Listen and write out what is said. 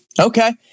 Okay